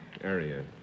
area